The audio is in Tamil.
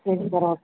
சரி சார் ஓகே